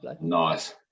nice